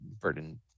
burden